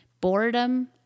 boredom